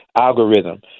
algorithm